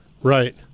Right